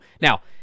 Now